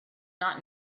not